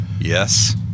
Yes